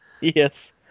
Yes